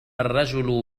الرجل